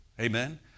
Amen